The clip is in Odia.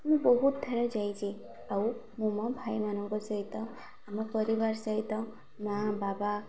ମୁଁ ବହୁତ ଥର ଯାଇଛି ଆଉ ମଁ ମୋ ଭାଇମାନଙ୍କ ସହିତ ଆମ ପରିବାର ସହିତ ମା' ବାବା